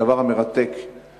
הדבר המרתק הוא